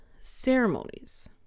ceremonies